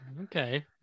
Okay